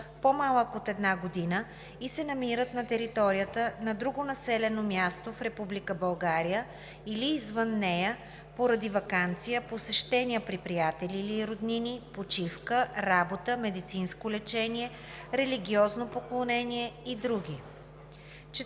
по-малък от една година, и се намират на територията на друго населено място в Република България или извън нея, поради ваканция, посещения при приятели и роднини, почивка, работа, медицинско лечение, религиозно поклонение и други.